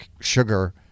sugar